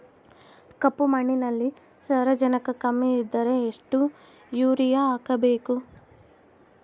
ಕಪ್ಪು ಮಣ್ಣಿನಲ್ಲಿ ಸಾರಜನಕ ಕಮ್ಮಿ ಇದ್ದರೆ ಎಷ್ಟು ಯೂರಿಯಾ ಹಾಕಬೇಕು?